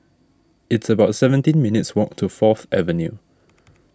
it's about seventeen minutes' walk to Fourth Avenue